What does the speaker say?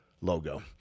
logo